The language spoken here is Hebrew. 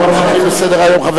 חבר